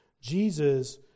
Jesus